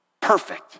perfect